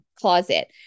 closet